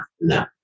no